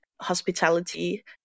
hospitality